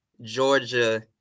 Georgia